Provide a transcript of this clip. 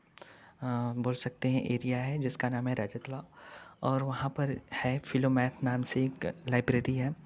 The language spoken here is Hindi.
बोल सकते हैं एरिया है जिसका नाम है रजत तलाव और वहाँ पर है फिलोमैथ नाम से लाइब्रेरी है